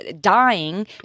dying